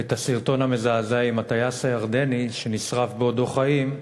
מי מכם שזוכר את הסרטון המזעזע על הטייס הירדני שנשרף בעודו בחיים,